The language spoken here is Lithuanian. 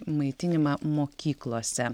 maitinimą mokyklose